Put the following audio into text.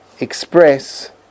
express